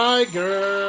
Tiger